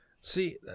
See